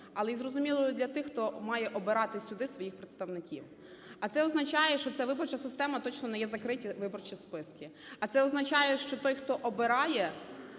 але і зрозумілою для тих, хто має обирати сюди своїх представників. А це означає, що ця виборча система точно не є закриті виборчі списки. А це означає, що той, хто обирає